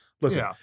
Listen